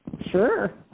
Sure